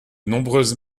nombreuses